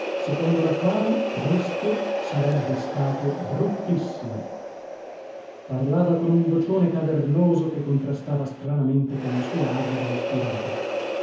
secondo la quale cristo sarebbe stato bruttissimo parlava con un vocione cavernoso che contrastava stranamente con la sua aria da ispirato